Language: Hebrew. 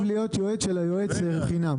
אותי שום דבר ושהחשב הכללי יגיד מה שהוא רוצה.